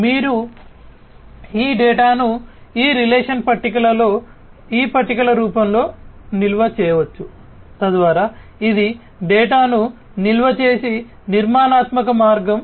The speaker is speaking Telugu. మీరు ఈ డేటాను ఈ రిలేషనల్ పట్టికలలో చేసే నిర్మాణాత్మక మార్గం